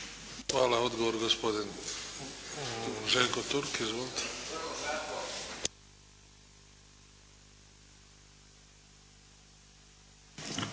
Hvala. Odgovor gospodin Željko Turk. Izvolite.